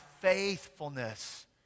faithfulness